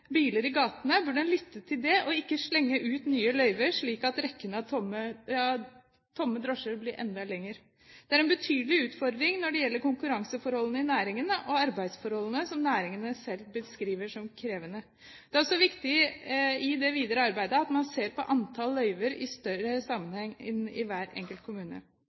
biler i gatene, burde en lytte til det og ikke slenge ut nye løyver, slik at rekken av tomme drosjer blir enda lengre. Det er en betydelig utfordring når det gjelder konkurranseforholdene i næringen og arbeidsforholdene, som næringen selv beskriver som krevende. Det er også viktig i det videre arbeidet at man ser på antall løyver i en større sammenheng i hver enkelt kommune.